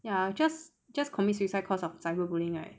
ya just just commit suicide cause of cyberbullying right